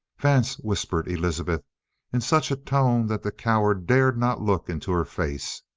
vance, whispered elizabeth in such a tone that the coward dared not look into her face.